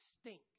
stink